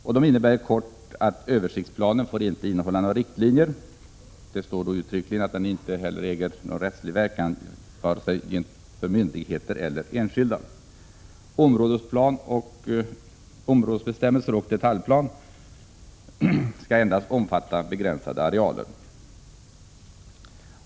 a SER Detta innebär att översiktsplanen inte får innehålla några riktlinjer och att den inte heller äger någon rättslig verkan vare sig för myndigheter eller för enskilda. Områdesbestämmelser och detaljplan skall endast omfatta begränsade arealer.